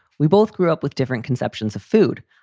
we both grew up with different conceptions of food.